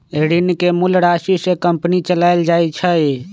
ऋण के मूल राशि से कंपनी चलाएल जाई छई